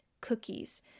cookies